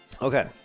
Okay